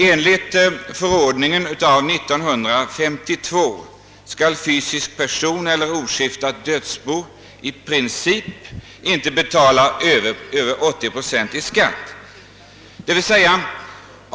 Enligt förordningen av 1952 skall fysisk per son och oskiftat dödsbo i princip inte betala över 80 procent i skatt.